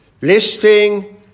listing